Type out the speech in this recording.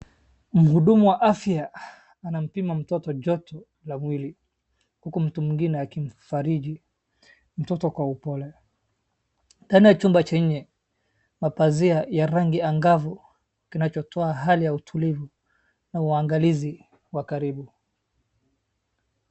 Mhudumu wa afya anampima mtoto joto la mwili huku mtu mwingine akimfariji mtoto kwa upole ndani ya chumba chenye mapazia ya rangi angavu kinachotoa hali ya utulivu na uangalizi wa karibu.